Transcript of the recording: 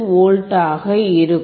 28V ஆக இருக்கும்